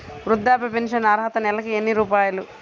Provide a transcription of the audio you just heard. వృద్ధాప్య ఫింఛను అర్హత నెలకి ఎన్ని రూపాయలు?